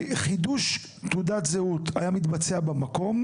חידוש תעודת זהות היה מתבצע במקום,